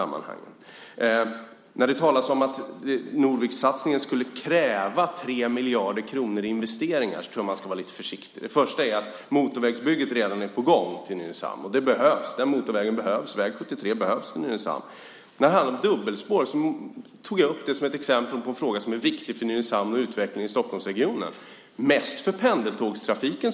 Man talar om att Norvikssatsningen skulle kräva 3 miljarder kronor i investeringar, men där tror jag att man ska vara lite försiktig. Motorvägsbygget till Nynäshamn är ju redan på gång. Den motorvägen behövs. Väg 73 till Nynäshamn behövs. Dubbelspåret tog jag upp som ett exempel på en fråga som är viktig för Nynäshamn och utvecklingen i Stockholmsregionen men mest för pendeltågstrafiken.